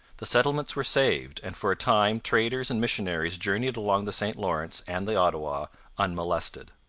the settlements were saved, and for a time traders and missionaries journeyed along the st lawrence and the ottawa unmolested.